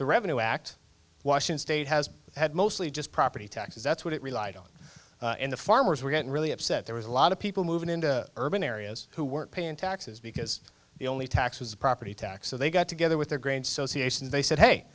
the revenue act washington state has had mostly just property taxes that's what it relied on in the farmers were getting really upset there was a lot of people moving into urban areas who weren't paying taxes because the only taxes property taxes they got together with their grain sociate they said hey